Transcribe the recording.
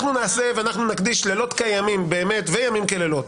אנחנו נעשה ואנחנו נקדיש לילות כימים באמת וימים כלילות